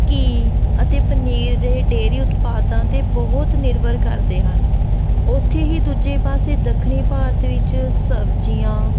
ਘੀ ਅਤੇ ਪਨੀਰ ਜਿਹੇ ਡੇਅਰੀ ਉਤਪਾਦਾਂ 'ਤੇ ਬਹੁਤ ਨਿਰਭਰ ਕਰਦੇ ਹਨ ਉੱਥੇ ਹੀ ਦੂਜੇ ਪਾਸੇ ਦੱਖਣੀ ਭਾਰਤ ਵਿੱਚ ਸਬਜ਼ੀਆਂ